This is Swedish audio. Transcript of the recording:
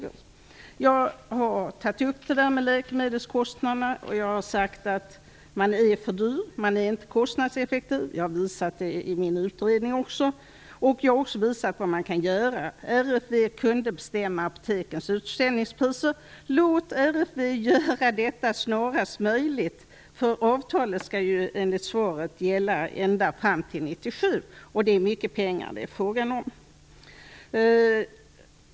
Jag har tagit upp frågan om läkemedelskostnaderna och sagt att det är för dyrt och att det inte är kostnadseffektivt. Jag har visat detta i min utredning, och jag har också visat vad man kan göra. RFV skulle kunna bestämma apotekens utsäljningspriser. Låt RFV göra detta snarast möjligt! Avtalet skall ju enligt svaret gälla ända fram till 1997, och det är mycket pengar det är fråga om.